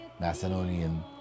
Macedonian